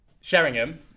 Sheringham